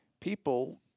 people